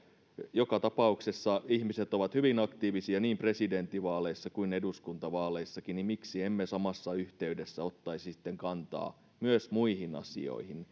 joka tapauksessa ihmiset ovat hyvin aktiivisia niin presidentinvaaleissa kuin eduskuntavaaleissakin niin miksi emme samassa yhteydessä ottaisi sitten kantaa myös muihin asioihin